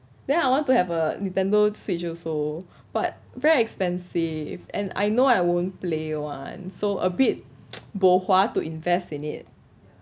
then I want to have a Nintendo switch also but very expensive and I know I won't play [one] so a bit bo hua to invest in it